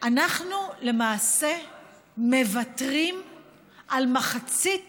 אנחנו למעשה מוותרים על מחצית